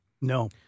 No